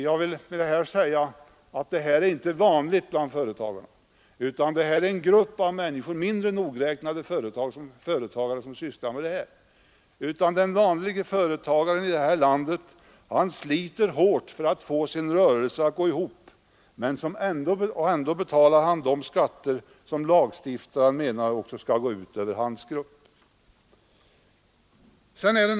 Jag vill med detta säga att förfarandet inte är vanligt bland företagarna, utan det är en grupp av mindre nogräknade personer som sysslar med sådant här. Den vanlige företagaren sliter hårt för att få sin rörelse att gå ihop och betalar de skatter som lagstiftarna anser att han skall erlägga.